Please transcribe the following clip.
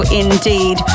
indeed